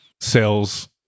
sales